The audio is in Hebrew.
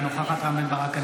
אינה נוכחת רם בן ברק,